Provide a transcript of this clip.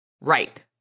Right